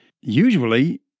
Usually